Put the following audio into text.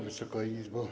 Wysoka Izbo!